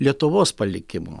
lietuvos palikimu